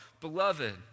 Beloved